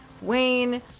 Wayne